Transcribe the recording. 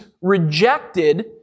rejected